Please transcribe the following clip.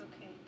okay